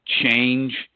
change